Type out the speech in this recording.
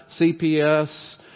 CPS